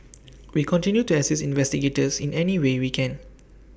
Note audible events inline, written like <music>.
<noise> we continue to assist investigators in any way we can